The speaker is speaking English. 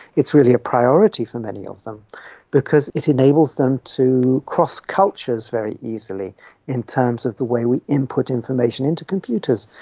it's really a priority for many of them because it enables them to cross cultures very easily in terms of the way we input information into computers.